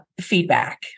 feedback